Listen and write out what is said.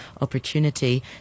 opportunity